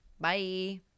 Bye